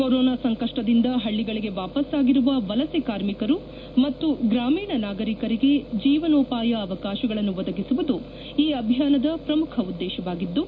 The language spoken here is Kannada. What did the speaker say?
ಕೊರೋನಾ ಸಂಕಷ್ಟದಿಂದ ಪಳ್ಳಿಗಳಿಗೆ ವಾಪಸ್ಸಾಗಿರುವ ವಲಸೆ ಕಾರ್ಮಿಕರು ಮತ್ತು ಗ್ರಾಮೀಣ ನಾಗರಿಕರಿಗೆ ಜೀವನೋಪಾಯ ಅವಕಾಶಗಳನ್ನು ಒದಗಿಸುವುದು ಈ ಅಭಿಯಾನದ ಪ್ರಮುಖ ಉದ್ದೇಶವಾಗಿದ್ದು